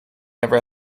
never